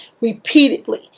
repeatedly